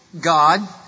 God